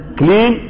clean